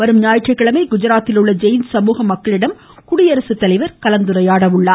வரும் ஞாயிற்றுக்கிழமை குஜராத்தில் உள்ள ஜெயின் சமூக மக்களிடம் குடியரசுத்தலைவர் கலந்துரையாட உள்ளார்